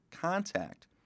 contact